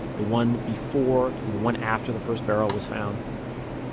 the one before and the one after the first barrel was found.